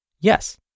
Yes